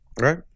right